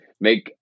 make